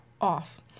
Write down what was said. off